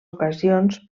ocasions